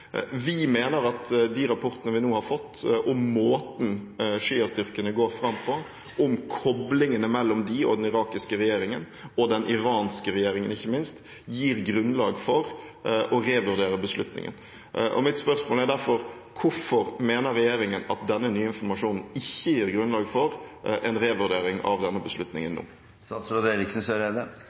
Vi mener at de rapportene vi nå har fått om måten sjiastyrkene går fram på, om koblingene mellom dem og den irakiske regjeringen – og den iranske regjeringen ikke minst – gir grunnlag for å revurdere beslutningen. Mitt spørsmål er derfor: Hvorfor mener regjeringen at denne nye informasjonen ikke gir grunnlag for en revurdering av denne beslutningen